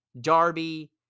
Darby